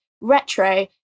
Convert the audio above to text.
retro